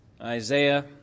Isaiah